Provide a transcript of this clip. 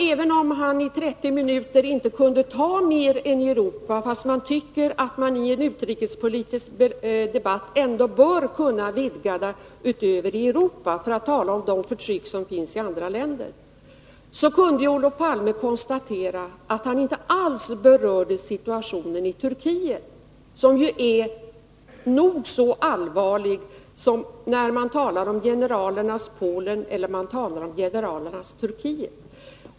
Även om han under 30 minuter inte kunde ta upp något mer än Europa — fast jag tycker att man i en utrikespolitisk debatt bör vidga ramarna och även tala om det förtryck som finns i andra länder — kunde Olof Palme konstatera att Gösta Bohman inte alls berörde situationen i Turkiet. Och situationen i generalernas Turkiet är nog så allvarlig som situationen i generalernas Polen.